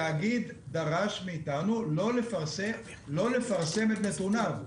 התאגיד דרש מאיתנו לא לפרסם את נתוניו.